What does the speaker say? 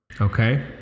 okay